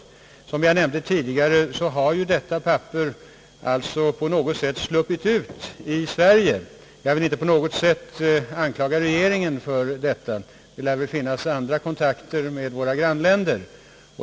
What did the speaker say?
Som jag tidigare nämnde, har detta papper på något sätt sluppit ut i Sverige. Jag vill inte på något sätt anklaga regeringen för detta. Det lär väl finnas andra kontakter med våra grannländer.